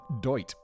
Deut